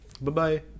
Bye-bye